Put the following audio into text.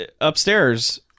upstairs